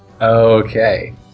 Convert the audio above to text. Okay